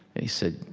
and he said,